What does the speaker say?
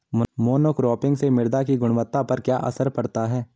Monocropping से मृदा की गुणवत्ता पर क्या असर पड़ता है?